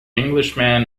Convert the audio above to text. englishman